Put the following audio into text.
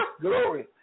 Glory